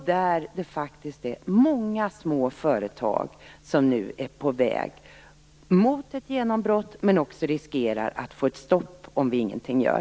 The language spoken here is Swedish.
Det finns faktiskt många små företag som nu är på väg mot ett genombrott men som också riskerar att få ett stopp om vi ingenting gör.